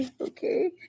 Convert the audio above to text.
okay